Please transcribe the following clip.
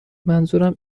منظورم